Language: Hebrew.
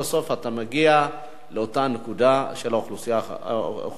אתה מגיע לאותה נקודה של האוכלוסייה הפריפריאלית.